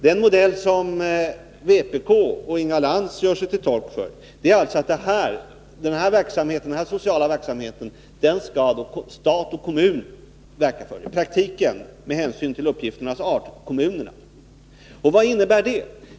Den modell som vpk och Inga Lantz gör sig till tolk för innebär att den här sociala verksamheten skall stat och kommun stå för — i praktiken och med hänsyn till uppgifternas art, kommunerna. Vad innebär det?